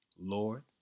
Lord